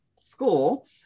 school